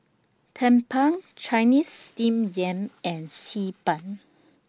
Tumpeng Chinese Steamed Yam and Xi Ban